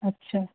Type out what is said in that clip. अच्छा